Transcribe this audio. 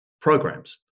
programs